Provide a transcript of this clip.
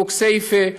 כמו כסייפה,